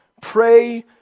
pray